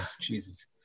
Jesus